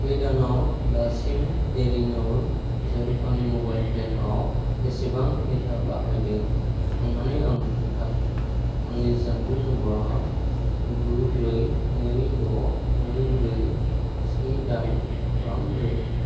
बे दानाव दासिम डेलिनरजों आंनि मबाइल प्लेन आव बेसेबां डेटा बाहायदों अन्नानै आंनो खोन्था आंनि जानबुं नम्बर आ गु ब्रै नै द' नै ब्रै से दाइन थाम ब्रै